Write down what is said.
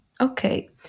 okay